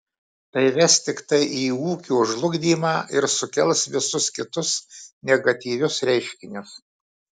tai ves tiktai į ūkio žlugdymą ir sukels visus kitus negatyvius reiškinius